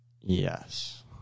Yes